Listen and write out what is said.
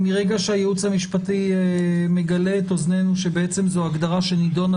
מרגע שהייעוץ המשפטי מגלה את אוזנינו שבעצם זו הגדרה שנידונה